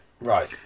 right